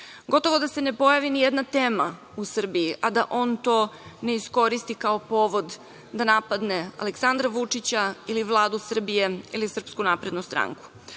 Gotovo da se ne pojavi nijedna tema u Srbiji, a da on to ne iskoristi kao povod da napadne Aleksandra Vučića ili Vladu Srbije ili SNS. Potreba da